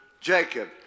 Jacob